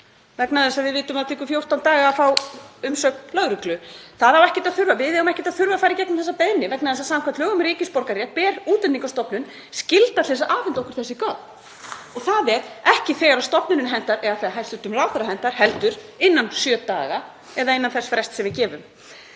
vegna þess að við vitum að það tekur 14 daga að fá umsögn lögreglu. Það á ekkert að þurfa, við eigum ekkert að þurfa að fara í gegnum þessa beiðni vegna þess að samkvæmt lögum um ríkisborgararétt ber Útlendingastofnun skylda til að afhenda okkur þessi gögn. Það er ekki þegar stofnuninni hentar eða þegar hæstv. ráðherra hentar heldur innan sjö daga eða innan þess frests sem við gefum.